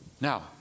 now